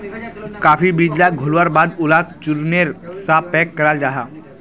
काफी बीज लाक घोल्वार बाद उलाक चुर्नेर सा पैक कराल जाहा